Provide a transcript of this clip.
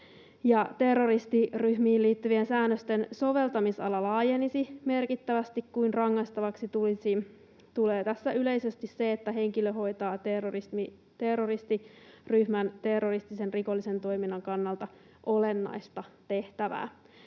Terroristiryhmiin liittyvien säännösten soveltamisala laajenisi merkittävästi, kun rangaistavaksi tulee tässä yleisesti se, että henkilö hoitaa terroristiryhmän terroristisen rikollisen toiminnan kannalta olennaista tehtävää.